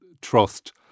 trust